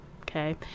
okay